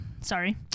Sorry